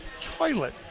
toilet